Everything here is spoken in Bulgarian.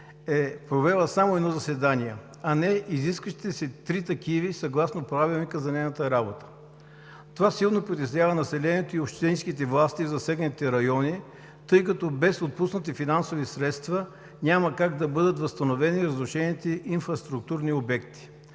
е провела само едно заседание, а не изискващите се три такива съгласно Правилника за нейната работа? Това силно притеснява населението и общинските власти в засегнатите райони, тъй като без отпуснати финансови средства няма как да бъдат възстановени разрушените инфраструктурни обекти.